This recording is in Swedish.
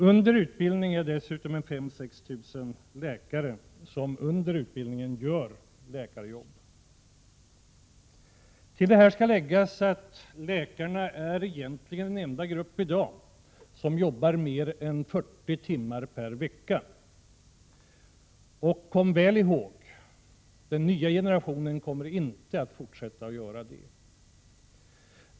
Under utbildning är dessutom 5 000 6 000 läkare, som under utbildningen arbetar som läkare. Till detta skall läggas att läkarna i dag egentligen är den enda grupp som arbetar mer än 40 timmar i veckan. Och kom väl ihåg: Den nya generationen kommer inte att fortsätta att göra det!